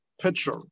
pitcher